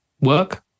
work